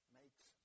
makes